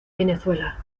venezuela